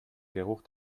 geruch